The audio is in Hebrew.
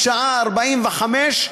שעה ו-45,